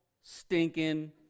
stinking